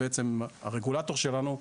שהם בעצם הרגולטור שלנו,